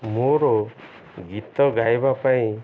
ମୋର ଗୀତ ଗାଇବା ପାଇଁ